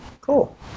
Cool